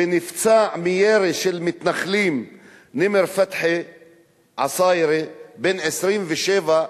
ונפצע מירי של מתנחלים נימֵר פתחי עצאירה בן 27,